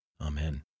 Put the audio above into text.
Amen